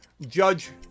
Judge